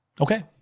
Okay